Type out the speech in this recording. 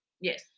Yes